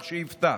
שייפתח.